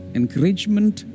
encouragement